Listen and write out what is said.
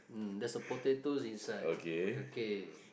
mm there's a potato inside okay